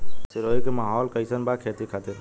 सिरोही के माहौल कईसन बा खेती खातिर?